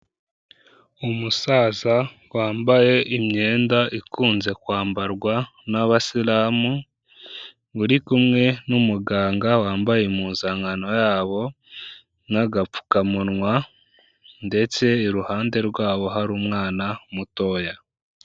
Umusaza wambaye imyenda ikunze kwambarwa n'abasiramu, uri kumwe n'umuganga wambaye impuzankano yabo n'agapfukamunwa ndetse iruhande rwabo, hari umwana mutoya.